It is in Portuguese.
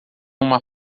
uma